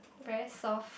very soft